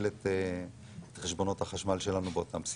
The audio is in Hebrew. את חשבונות החשמל שלנו באותם בסיסים.